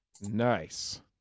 Nice